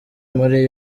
muri